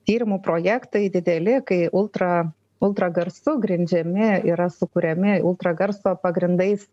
tyrimų projektai dideli kai ultra ultragarsu grindžiami yra sukuriami ultragarso pagrindais